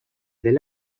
del